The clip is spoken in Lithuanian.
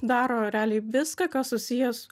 daro realiai viską kas susijęs